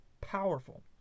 powerful